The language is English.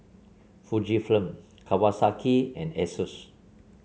Fujifilm Kawasaki and Asus